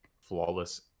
flawless